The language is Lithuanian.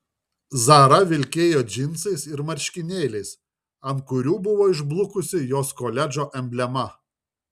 zara vilkėjo džinsais ir marškinėliais ant kurių buvo išblukusi jos koledžo emblema